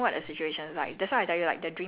I know there are people living there now